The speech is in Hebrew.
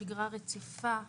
שגרה רציפה.